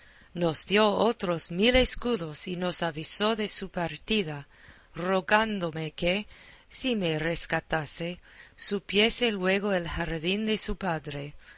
nos dio otros mil escudos y nos avisó de su partida rogándome que si me rescatase supiese luego el jardín de su padre